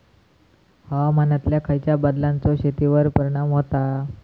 हवामानातल्या खयच्या बदलांचो शेतीवर परिणाम होता?